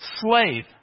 slave